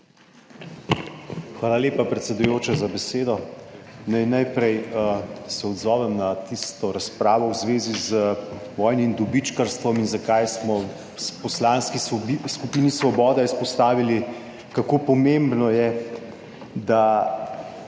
Hvala lepa, predsedujoča za besedo. Naj najprej se odzovem na tisto razpravo v zvezi z vojnim dobičkarstvom in zakaj smo v Poslanski skupini Svoboda izpostavili kako pomembno je, da